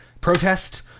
protest